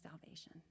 salvation